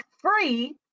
free